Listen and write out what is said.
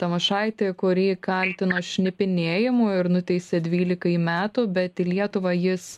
tamošaitį kurį kaltino šnipinėjimu ir nuteisė dvylikai metų bet į lietuvą jis